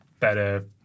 better